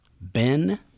Ben